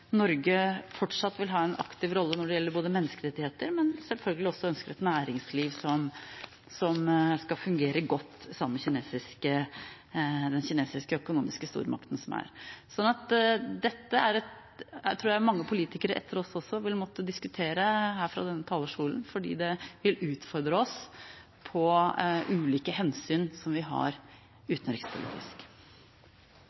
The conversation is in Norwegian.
Norge fortsatt vil ha en aktiv rolle når det gjelder menneskerettigheter, men selvfølgelig også ønsker et næringsliv som skal fungere godt sammen med Kina som økonomisk stormakt. Dette tror jeg mange politikere etter oss også vil måtte diskutere her fra denne talerstolen, fordi det vil utfordre oss på ulike utenrikspolitiske hensyn som vi har